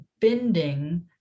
bending